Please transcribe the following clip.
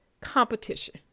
competition